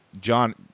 John